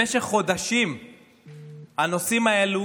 במשך חודשים הנושאים האלו